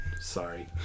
sorry